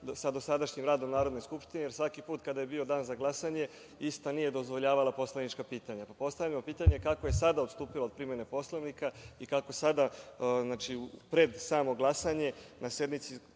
sa dosadašnjim radom Narodne skupštine, jer svaki put kada je bio dan za glasanje ista nije dozvoljavala poslanička pitanja. Postavljamo pitanje, kako je sada odstupila od primene Poslovnika i kako sada pred samo glasanje na sednici